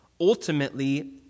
ultimately